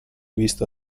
vista